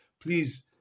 Please